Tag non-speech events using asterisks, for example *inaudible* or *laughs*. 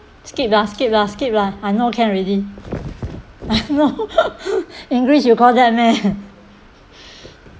skip lah skip lah skip lah I know can already *laughs* I know english you call that meh